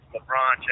LeBron